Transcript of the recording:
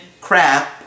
crap